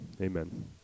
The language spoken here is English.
Amen